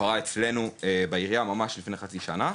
קרה אצלינו בעירייה ממש לפני חצי שנה.